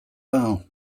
bow